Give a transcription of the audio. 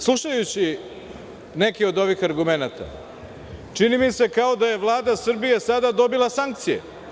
Slušajući neke od ovih argumenata, čini mi se kao da je Vlada Srbije sada dobila sankcije.